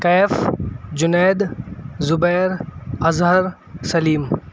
Kaif Junaid Zubair Azhar Saleem